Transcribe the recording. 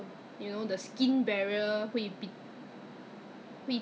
it's actually peel the peel off the dead skin from the for the skin one